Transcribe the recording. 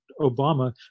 Obama